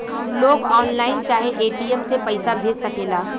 लोग ऑनलाइन चाहे ए.टी.एम से पईसा भेज सकेला